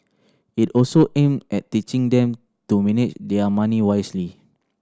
it also aimed at teaching them to manage their money wisely